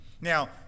Now